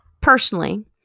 personally